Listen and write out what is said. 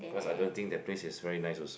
cause I don't think that place is very nice also